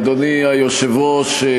אדוני היושב-ראש,